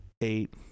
eight